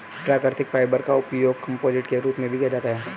प्राकृतिक फाइबर का उपयोग कंपोजिट के रूप में भी किया जाता है